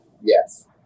Yes